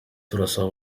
turabasaba